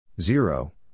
zero